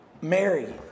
Mary